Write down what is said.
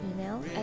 email